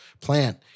plant